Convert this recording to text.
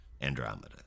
Andromeda